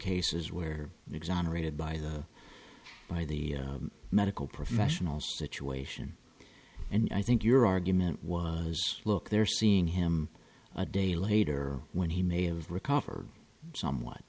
cases where exonerated by the by the medical professional situation and i think your argument was look there seeing him a day later when he may have recovered somewhat